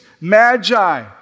magi